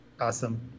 awesome